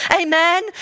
amen